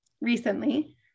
recently